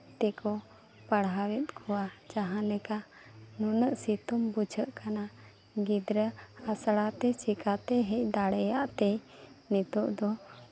ᱛᱮᱠᱚ ᱯᱟᱲᱦᱟᱣᱮᱫ ᱠᱚᱣᱟ ᱡᱟᱦᱟᱸᱞᱮᱠᱟ ᱱᱩᱱᱟᱹᱜ ᱥᱤᱛᱩᱝ ᱵᱩᱡᱷᱟᱹᱜ ᱠᱟᱱᱟ ᱜᱤᱫᱽᱨᱟᱹ ᱟᱥᱲᱟᱛᱮ ᱪᱤᱠᱟᱹᱛᱮ ᱦᱮᱡ ᱫᱟᱲᱮᱭᱟᱜ ᱛᱮᱭ ᱱᱤᱛᱚᱜ ᱫᱚ